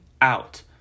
out